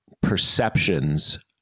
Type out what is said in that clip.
perceptions